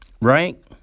right